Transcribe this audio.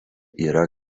yra